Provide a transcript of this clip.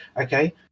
okay